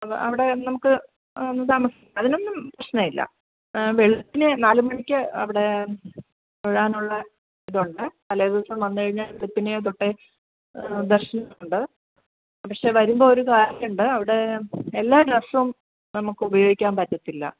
അവ അവിടെ നമുക്ക് താമസിക്കാം അതിനൊന്നും പ്രശ്നം ഇല്ല വെളുപ്പിനെ നാലുമണിക്ക് അവിടെ തൊഴാനുള്ള ഇതുണ്ട് തലേദിവസം വന്നുകഴിഞ്ഞാൽ വെളുപ്പിനേ തൊട്ടെ ദർശനം ഉണ്ട് പക്ഷെ വരുമ്പോൾ ഒരു കാര്യം ഉണ്ട് അവിടെ എല്ലാ ഡ്രസ്സും നമുക്ക് ഉപയോഗിക്കാൻ പറ്റത്തില്ല